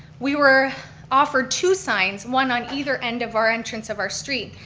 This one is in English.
we were offered two signs, one on either end of our entrance of our street.